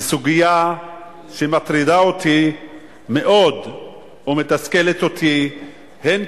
לסוגיה שמטרידה אותי מאוד ומתסכלת אותי הן